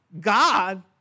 God